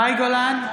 מאי גולן,